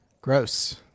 Gross